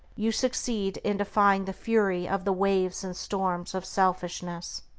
you succeed in defying the fury of the waves and storms of selfishness.